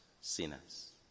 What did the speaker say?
sinners